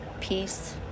peace